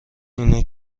اینه